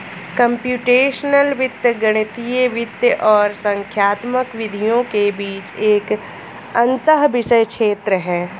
computational वित्त गणितीय वित्त और संख्यात्मक विधियों के बीच एक अंतःविषय क्षेत्र है